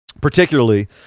particularly